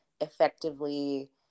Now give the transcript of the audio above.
effectively